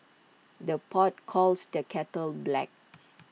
the pot calls the kettle black